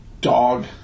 Dog